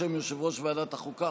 בשם יושב-ראש ועדת החוקה,